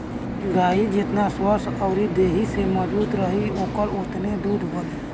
गाई जेतना स्वस्थ्य अउरी देहि से मजबूत रही ओतने ओकरा दूध बनी